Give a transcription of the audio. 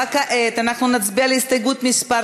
וכעת נצביע על הסתייגות מס'